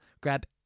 grab